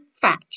fat